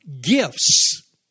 gifts